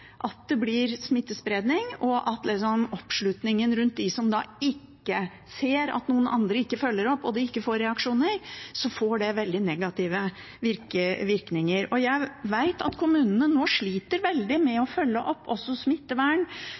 at det blir smittespredning, og at oppslutningen blant dem som ser at noen andre ikke følger opp og det ikke får reaksjoner, får veldig negative virkninger. Jeg vet at kommunene nå sliter veldig med å følge opp også smittevern.